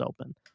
Open